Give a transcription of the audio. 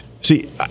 See